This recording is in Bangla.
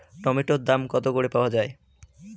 টমেটোর দাম কত করে পাওয়া যায়?